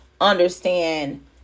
understand